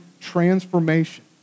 transformation